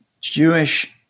Jewish